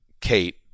Kate